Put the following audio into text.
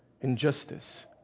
injustice